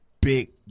big